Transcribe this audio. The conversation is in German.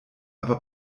aber